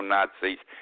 Nazis